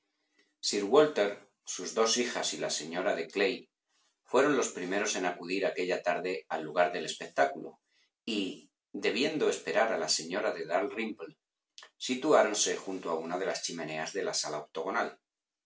sir walter sus dos hijas y la señora de clay fueron los primeros en acudir aquella tarde al lugar del espectáculo y debiendo esperar a la señora de dalrymple situáronse junto a una de las chimeneas de la sala